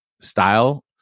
style